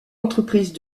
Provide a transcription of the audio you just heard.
entreprise